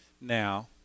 now